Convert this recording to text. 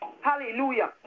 Hallelujah